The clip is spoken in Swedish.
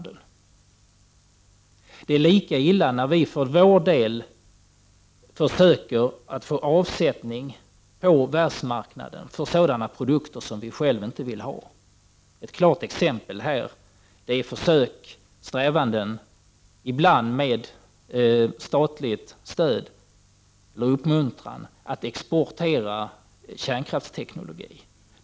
Det är lika illa när vi för vår del försöker få avsättning på världsmarknaden för sådana produkter som vi själva inte vill ha. Ett klart exempel härvidlag är strävanden, ibland med statligt stöd eller statlig uppmuntran, att exportera kärnkraftsteknologi.